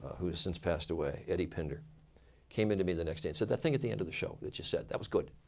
who has since passed away, eddie pinder came in to me the next and said, that thing at the end of the show that you said. that was good.